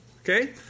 Okay